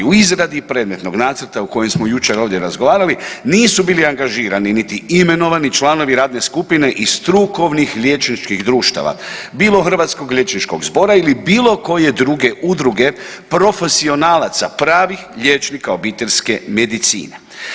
U izradi predmetnog zakona o kojem smo jučer ovdje razgovarali, nisu bili angažirani niti imenovani članovi radne skupine iz strukovnih liječničkih društava, bilo Hrvatskog liječničkog zbora ili bilo koje druge udruge profesionalaca, pravih liječnika obiteljske medicine.